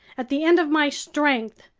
at the end of my strength,